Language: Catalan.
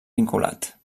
vinculat